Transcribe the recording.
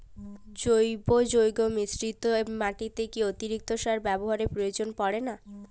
জৈব যৌগ মিশ্রিত মাটিতে কি অতিরিক্ত সার ব্যবহারের প্রয়োজন পড়ে না?